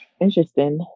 Interesting